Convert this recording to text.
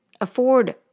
afford